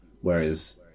Whereas